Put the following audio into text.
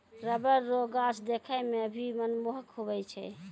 rubber रो गाछ देखै मे भी मनमोहक हुवै छै